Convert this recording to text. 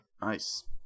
Nice